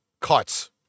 cuts